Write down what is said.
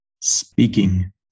speaking